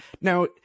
now